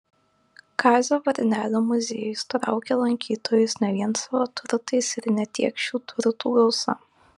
kazio varnelio muziejus traukia lankytojus ne vien savo turtais ir ne tiek šių turtų gausa